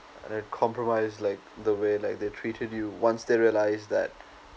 and they compromise like the way like they treated you once they realise that